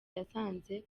yasanze